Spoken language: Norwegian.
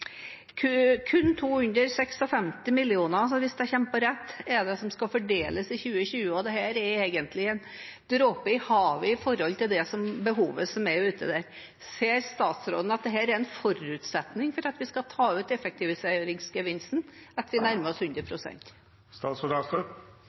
er kun 256 mill. kr – hvis jeg husker riktig – som skal fordeles i 2020. Dette er egentlig en dråpe i havet i forhold til det behovet som er der ute. Ser statsråden at det er en forutsetning for at vi skal ta ut effektiviseringsgevinsten, at vi nærmer oss 100